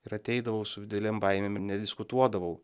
ir ateidavau su didelėm baimėm ir nediskutuodavau